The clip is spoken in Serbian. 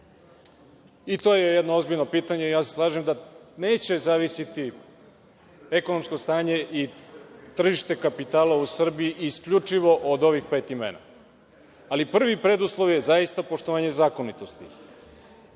To je jedno ozbiljno pitanje. Slažem se da neće zavisiti ekonomsko stanje i tržište kapitala u Srbiji isključivo od ovih pet imena, ali prvi preduslov je zaista poštovanje zakonitosti.